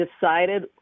decided